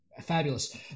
Fabulous